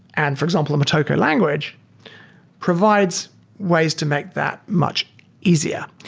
and for example, the motoko language provides ways to make that much easier.